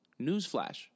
newsflash